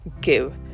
Give